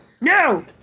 No